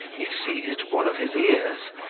he seized one of his ears,